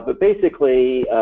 but basically,